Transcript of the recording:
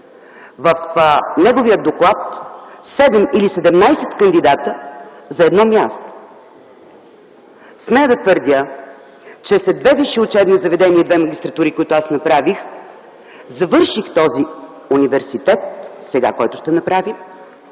литератор – 7 или 17 кандидата за едно място. Смея да твърдя, че след две висши учебни заведения и две магистратури, които аз направих, завърших този университет, който ще направим